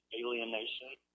alienation